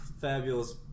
fabulous